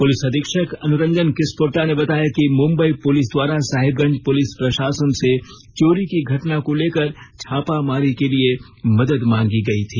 police अधीक्षक अनुरंजन किस्पोट्टा ने बताया कि मुंबई पुलिस द्वारा साहिबगंज पुलिस प्रशासन से चोरी की घटना को लेकर छापामारी के लिए मदद मांगी गई थी